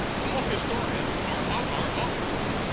all historians aren't aren't authors.